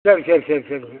சரி சரி சரி சரிங்க